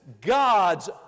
God's